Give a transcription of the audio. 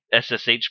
SSH